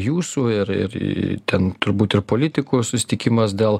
jūsų ir ir ten turbūt ir politikų susitikimas dėl